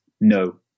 no